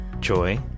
joy